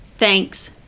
Thanks